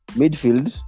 midfield